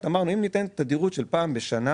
ניתן תדירות של פעם בשנה